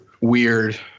weird